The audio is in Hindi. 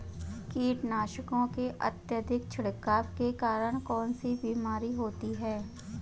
कीटनाशकों के अत्यधिक छिड़काव के कारण कौन सी बीमारी होती है?